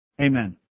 Amen